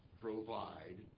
provide